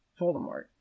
Voldemort